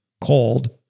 called